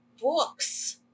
books